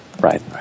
right